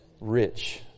rich